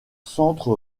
centre